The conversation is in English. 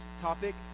topic